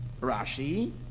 Rashi